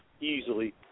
easily